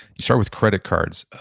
it start with credit cards.